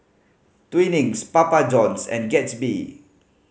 Twinings Papa Johns and Gatsby